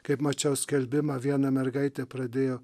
kaip mačiau skelbimą viena mergaitė pradėjo